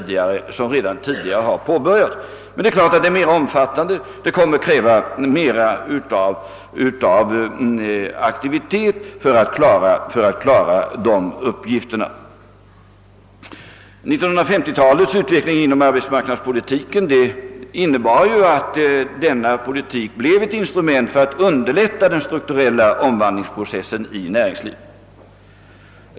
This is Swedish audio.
Självfallet är dock denna aktiva näringspolitik mera omfattande och kommer att kräva större insatser än tidigare för att vi skall gå i land med den. 1950-talets utveckling inom arbetsmarknadspolitiken innebar ju att denna blev ett instrument för att underlätta den strukturella omvandlingsprocessen 1 näringslivet.